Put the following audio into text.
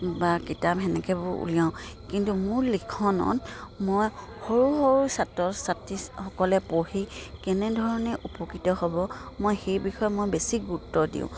বা কিতাপ সেনেকৈবোৰ উলিয়াওঁ কিন্তু মোৰ লিখনত মই সৰু সৰু ছাত্ৰ ছাত্ৰীসকলে পঢ়ি কেনেধৰণে উপকৃত হ'ব মই সেই বিষয়ে মই বেছি গুৰুত্ব দিওঁ